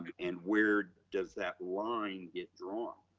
and where does that line get drawn?